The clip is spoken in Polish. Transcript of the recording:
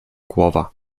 głowa